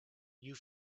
you